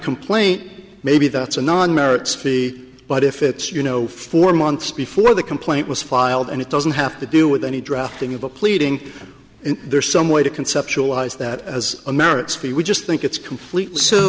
complaint maybe that's a non merits fee but if it's you know four months before the complaint was filed and it doesn't have to do with any drafting of a pleading and there's some way to conceptualize that as a merits we would just think it's completely